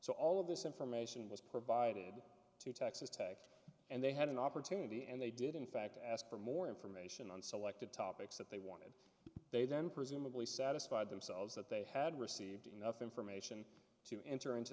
so all of this information was provided to texas tech and they had an opportunity and they did in fact ask for more information on selected topics that they they then presumably satisfied themselves that they had received enough information to enter into